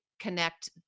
Connect